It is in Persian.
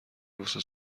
واسه